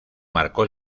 marcó